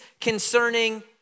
concerning